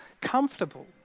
comfortable